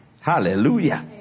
Hallelujah